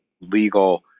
legal